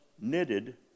knitted